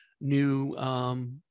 new